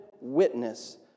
witness